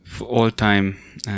all-time